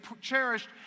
cherished